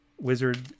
Wizard